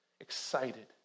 excited